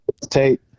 Tate